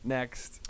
Next